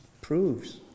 proves